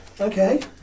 Okay